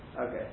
Okay